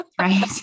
right